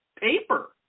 paper